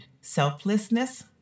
selflessness